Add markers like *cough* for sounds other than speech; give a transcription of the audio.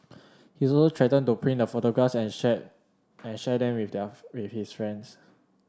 he also threatened to print the photographs and share and share them with their *unintelligible* with his friends